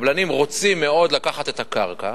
קבלנים רוצים מאוד לקחת את הקרקע.